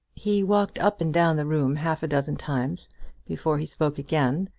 he walked up and down the room half-a-dozen times before he spoke again,